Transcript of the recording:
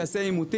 אני אסביר.